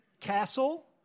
Castle